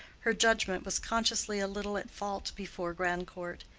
her judgment was consciously a little at fault before grandcourt.